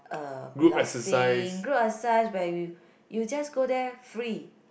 uh piloxing group exercise where you you just go there free